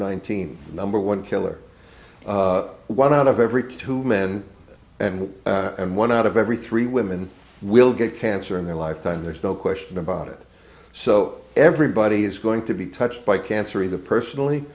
nineteen number one killer one out of every two men and and one out of every three women will get cancer in their lifetime there's no question about it so everybody is going to be touched by cancer of the personally